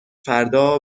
فردا